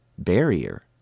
barrier